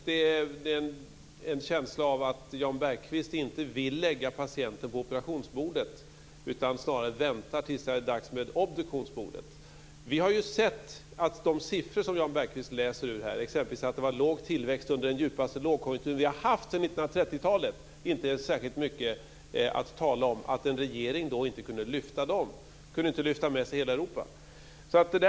Man får en känsla av att Jan Bergqvist inte vill lägga patienten på operationsbordet utan snarare vill vänta tills det är dags med obduktionsbordet. Vi har ju sett att de siffror som Jan Bergqvist läser upp, exempelvis att det var låg tillväxt under den djupaste lågkonjunktur som vi har haft sedan 1930 talet och att en regering då inte kunde förbättra dem och så att säga inte kunde lyfta hela Europa, inte är särskilt mycket att tala om.